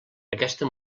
aquesta